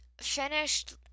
finished